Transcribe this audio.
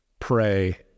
pray